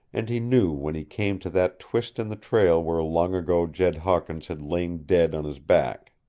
and he knew when he came to that twist in the trail where long ago jed hawkins had lain dead on his back.